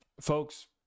Folks